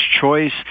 choice